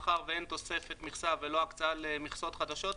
מאחר ואין תוספת מכסה ולא הקצאה למכסות חדשות,